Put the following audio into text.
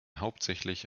hauptsächlich